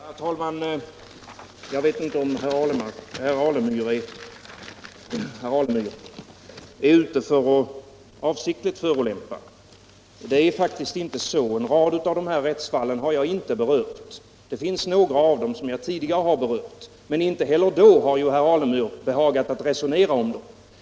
Herr talman! Jag vet inte om herr Alemyr är ute för att avsiktligt förolämpa. Det är faktiskt inte så som herr Alemyr säger. En rad av de här rättsfallen har jag inte talat om förut. Några av dem har jag tidigare berört, men inte heller då har ju herr Alemyr behagat resonera om dem.